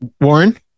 Warren